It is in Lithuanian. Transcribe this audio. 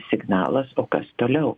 signalas o kas toliau